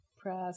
Press